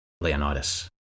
Leonidas